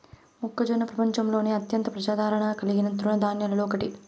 మొక్కజొన్న ప్రపంచంలోనే అత్యంత ప్రజాదారణ కలిగిన తృణ ధాన్యాలలో ఒకటి